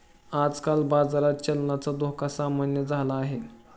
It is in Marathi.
आजकाल बाजारात चलनाचा धोका सामान्य झाला आहे